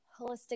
holistic